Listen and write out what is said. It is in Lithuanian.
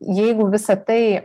jeigu visa tai